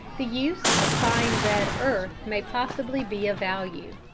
the use of fine red earth may possibly be of value.